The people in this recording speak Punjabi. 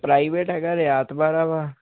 ਪ੍ਰਾਈਵੇਟ ਹੈਗਾ ਰਿਆਤ ਬਹਾਰਾ ਵਾ